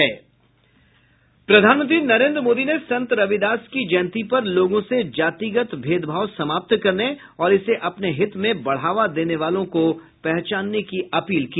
प्रधानमंत्री नरेन्द्र मोदी ने संत रविदास की जयन्ती पर लोगों से जातिगत भेदभाव समाप्त करने और इसे अपने हित में बढ़ावा देने वालों को पहचानने की अपील की